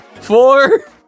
four